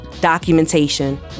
Documentation